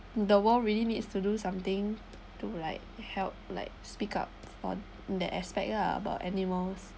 the world really needs to do something to like help like speak up for that aspect lah about animals